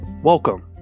Welcome